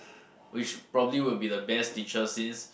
which probably will be the best teacher since